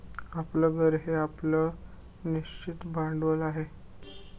आपलं घर हे आपलं निश्चित भांडवल आहे